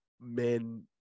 men